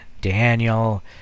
Daniel